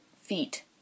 feet